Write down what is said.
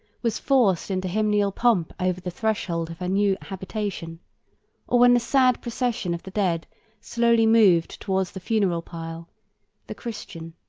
was forced into hymenaeal pomp over the threshold of her new habitation, or when the sad procession of the dead slowly moved towards the funeral pile the christian,